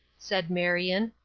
said marion,